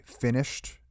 finished